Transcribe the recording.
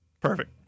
Perfect